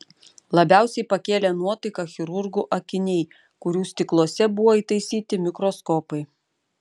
labiausiai pakėlė nuotaiką chirurgų akiniai kurių stikluose buvo įtaisyti mikroskopai